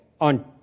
on